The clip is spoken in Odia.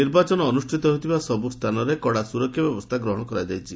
ନିର୍ବାଚନ ଅନୁଷ୍ଠିତ ହେଉଥିବା ସବୁ ସ୍ଥାନରେ କଡ଼ା ସୁରକ୍ଷା ବ୍ୟବସ୍ଥା ଗ୍ରହଣ କରାଯାଇଛି